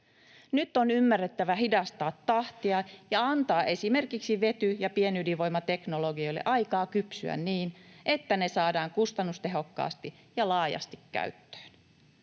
Nyt on ymmärrettävä hidastaa tahtia ja antaa esimerkiksi vety- ja pienydinvoimateknologioille aikaa kypsyä niin, että ne saadaan kustannustehokkaasti ja laajasti käyttöön.